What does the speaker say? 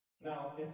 Now